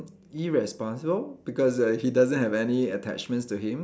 irresponsible because uh he doesn't have any attachments to him